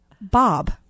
Bob